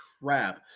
crap